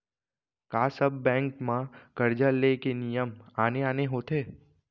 का सब बैंक म करजा ले के नियम आने आने होथे?